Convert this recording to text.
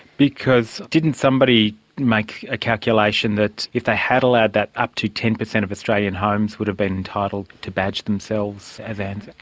because didn't somebody make a calculation that if they had allowed that, up to ten percent of australian homes would have been entitled to badge themselves as anzac?